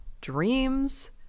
dreams